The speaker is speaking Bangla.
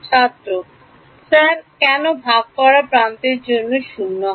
ছাত্র স্যার কেন ভাগ করা প্রান্তের জন্য 0 হয়